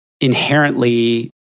inherently